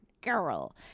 girl